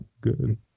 good